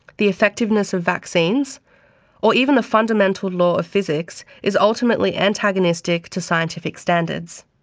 the effectiveness of vaccines or even the fundamental law of physics, is ultimately antagonistic to scientific standards.